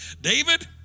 David